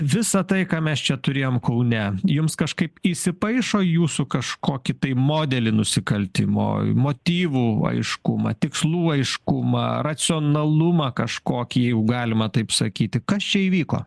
visa tai ką mes čia turėjom kaune jums kažkaip įsipaišo į jūsų kažkokį tai modelį nusikaltimo motyvų aiškumą tikslų aiškumą racionalumą kažkokį jeigu galima taip sakyti kas čia įvyko